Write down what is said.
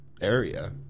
area